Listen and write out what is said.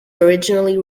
originally